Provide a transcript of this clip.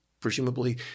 presumably